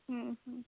হুম হুম